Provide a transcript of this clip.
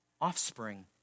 offspring